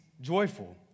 joyful